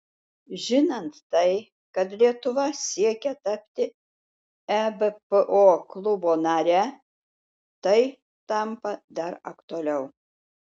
žinant tai kad lietuva siekia tapti ebpo klubo nare tai tampa dar aktualiau